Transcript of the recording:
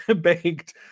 baked